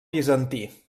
bizantí